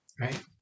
right